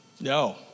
no